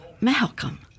Malcolm